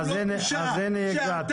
אז הנה הגעת.